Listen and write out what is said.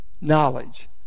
knowledge